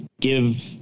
give